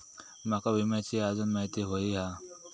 माका विम्याची आजून माहिती व्हयी हा?